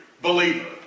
believer